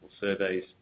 surveys